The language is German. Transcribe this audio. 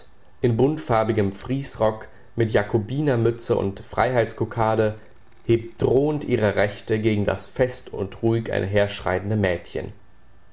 in buntfarbigem friesrock mit jakobinermütze und freiheitskokarde hebt drohend ihre rechte gegen das fest und ruhig einherschreitende mädchen